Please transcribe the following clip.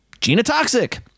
genotoxic